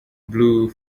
blue